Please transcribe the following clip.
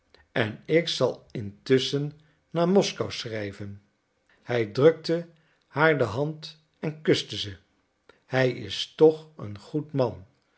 en ik zal intusschen naar moskou schrijven hij drukte haar de hand en kuste ze hij is toch een goed man